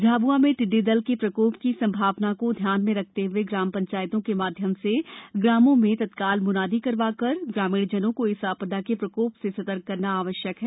झाबुआ में टिड़डी दल के प्रकोप की संभावना को दृष्टिगत रखते हुए ग्राम पंचायतों के माध्यम से ग्रामों में तत्काल मुनादि करवाकर ग्रामीणजनों को इस आपदा के प्रकोप से संतर्क करना आवश्यक है